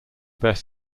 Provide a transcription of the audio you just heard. best